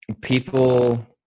People